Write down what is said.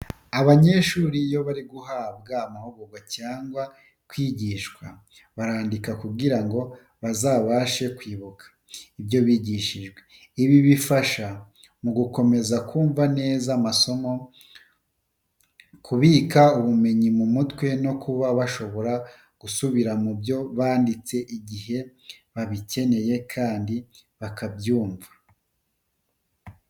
Abanyeshuri iyo bari guhabwa amahugurwa cyangwa kwigishwa barandika kugira ngo bazabashe kwibuka ibyo bigishijwe. Ibi bifasha mu gukomeza kumva neza amasomo, kubika ubumenyi mu mutwe no kuba bashobora gusubira mu byo banditse igihe babikeneye kandi bakabyumva.